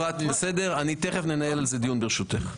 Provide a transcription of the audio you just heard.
אפרת, בסדר, תכף ננהל על זה דיון, ברשותך.